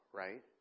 right